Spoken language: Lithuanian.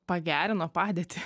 pagerino padėtį